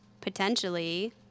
potentially